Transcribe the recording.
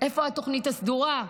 איפה התוכנית הסדורה?